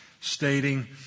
stating